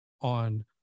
on